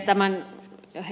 tähän ed